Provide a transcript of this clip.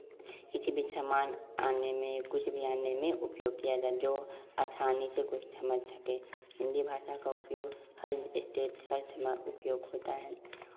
किसी भी सामान आने में कुछ भी आने में उपयोग किया जो आसानी से कुछ समझ सके हिंदी भाषा का उपयोग हर स्टेट हर देश में उपयोग होता है